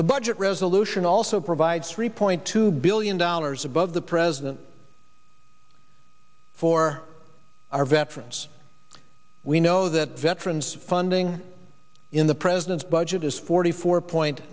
the budget resolution also provides three point two billion dollars above the president for our veterans we know that veterans funding in the president's budget is forty four point